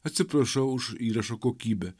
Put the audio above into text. atsiprašau už įrašo kokybę